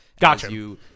gotcha